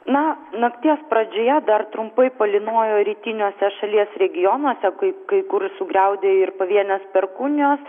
na nakties pradžioje dar trumpai palynojo rytiniuose šalies regionuose kai kai kur sugriaudė ir pavienės perkūnijos